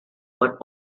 but